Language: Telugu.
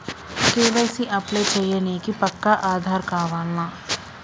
కే.వై.సీ అప్లై చేయనీకి పక్కా ఆధార్ కావాల్నా?